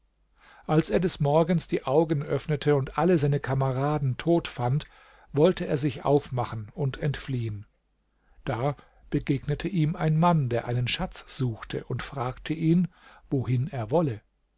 als er des morgens die augen öffnete und alle seine kameraden tot fand wollte er sich aufmachen und entfliehen da begegnete ihm ein mann der einen schatz suchte und frage ihn wohin er wolle